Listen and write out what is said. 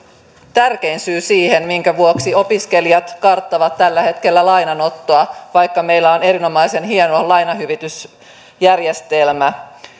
tärkein syy siihen minkä vuoksi opiskelijat karttavat tällä hetkellä lainanottoa vaikka meillä on erinomaisen hieno lainahyvitysjärjestelmä